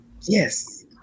Yes